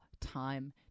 time